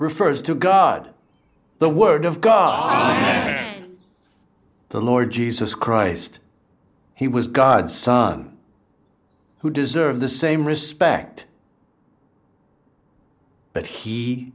refers to god the word of god the lord jesus christ he was god's son who deserve the same respect but he